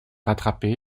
rattraper